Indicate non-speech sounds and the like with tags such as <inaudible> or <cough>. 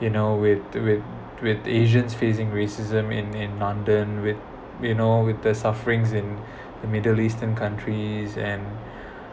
you know with with with asians facing racism in in london with you know with the suffering in the middle eastern countries and <breath>